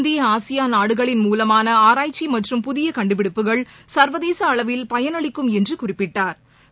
இந்திய ஆசியான் நாடுகளின் மூலமானஆராய்ச்சிமற்றும் புதியகண்டுபிடிப்புகள் சள்வதேசஅளவில் பயனளிக்கும் என்றுகுறிப்பிட்டாா்